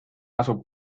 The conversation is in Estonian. asub